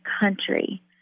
country